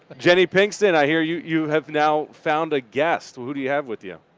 jenny pinkston, i hear you you have now found a guest. who do you have with you?